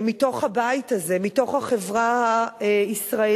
מתוך הבית הזה, מתוך החברה הישראלית,